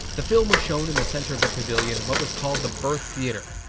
the film was shown in the center of the pavillion in what was called the birth theater.